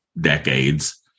decades